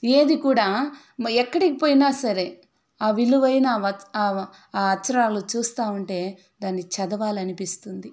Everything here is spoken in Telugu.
ఏది కూడా ఎక్కడికిపోయినా సరే ఆ విలువైన ఆ అక్షరాలు చూస్తూ ఉంటే దాన్ని చదవాలనిపిస్తుంది